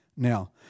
Now